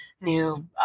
new